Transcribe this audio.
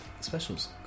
specials